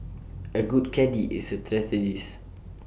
A good caddie is A strategist